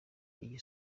iyi